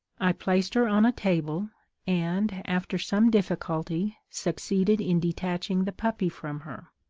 i placed her on a table, and, after some difficulty, succeeded in detaching the puppy from her.